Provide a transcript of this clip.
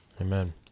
Amen